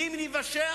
ואם ניוושע,